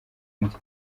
indi